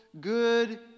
good